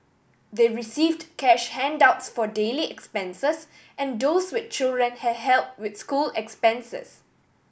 they received cash handouts for daily expenses and those with children had help with school expenses